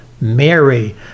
Mary